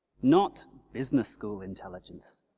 not business school intelligence,